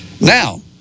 Now